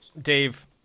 Dave